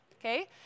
okay